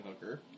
hooker